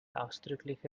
ausdrücklich